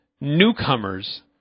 newcomers